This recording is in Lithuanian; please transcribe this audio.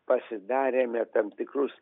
pasidarėme tam tikrus